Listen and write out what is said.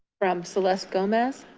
from celeste gomez,